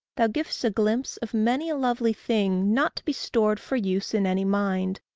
thou giv'st a glimpse of many a lovely thing, not to be stored for use in any mind,